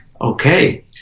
Okay